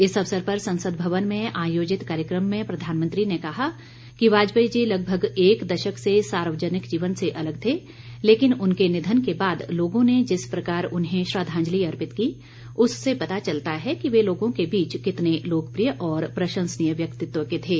इस अवसर पर संसद भवन में आयोजित कार्यक्रम में प्रधानमंत्री ने कहा कि वाजपेयी जी लगभग एक दशक से सार्वजनिक जीवन से अलग थे लेकिन उनके निधन के बाद लोगों ने जिस प्रकार उन्हें श्रद्धांजलि अर्पित की उससे पता चलता है कि वे लोगों के बीच कितने लोकप्रिय और प्रशंसनीय व्यक्तित्व के थे